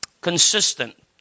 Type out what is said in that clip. Consistent